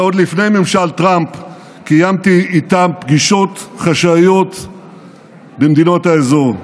ועוד לפני ממשל טראמפ קיימתי איתם פגישות חשאיות במדינות האזור,